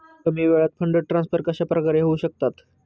कमी वेळात fund transfer कशाप्रकारे होऊ शकतात?